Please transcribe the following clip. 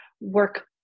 work